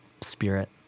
Spirit